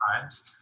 times